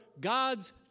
God's